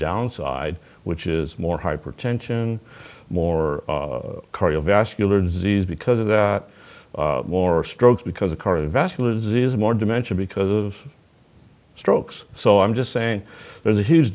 downside which is more hypertension more cardiovascular disease because of that more stroke because of cardiovascular disease more dimension because of strokes so i'm just saying there's a huge